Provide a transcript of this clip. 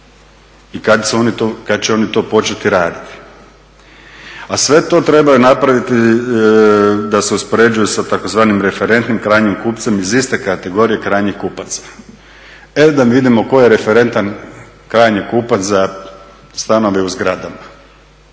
i kad će oni to početi raditi? A sve to trebaju napraviti da se uspoređuju sa tzv. referentnim krajnjim kupcem iz iste kategorije krajnjih kupaca. E da vidimo tko je referentan krajnji kupac za stanove u zgradama?